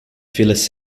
files